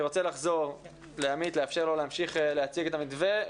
אני רוצה לחזור למנכ"ל ולאפשר לו להמשיך להציג את המתווה.